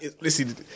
Listen